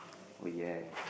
oh ya